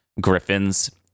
griffins